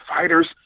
fighters